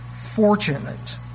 fortunate